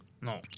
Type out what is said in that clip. No